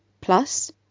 plus